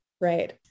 right